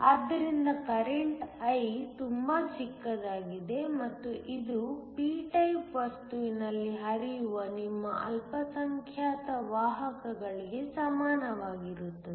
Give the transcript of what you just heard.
ಆದ್ದರಿಂದ current I ತುಂಬಾ ಚಿಕ್ಕದಾಗಿದೆ ಮತ್ತು ಇದು p ಟೈಪ್ ವಸ್ತುವಿನಲ್ಲಿ ಹರಿಯುವ ನಿಮ್ಮ ಅಲ್ಪಸಂಖ್ಯಾತ ವಾಹಕಗಳಿಗೆ ಸಮಾನವಾಗಿರುತ್ತದೆ